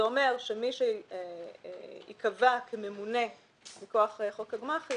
זה אומר שמי שייקבע כממונה מכוח חוק הגמ"חים,